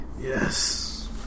Yes